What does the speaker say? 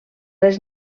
les